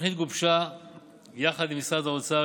התוכנית גובשה יחד עם משרד האוצר,